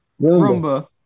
Roomba